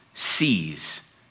Sees